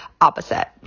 opposite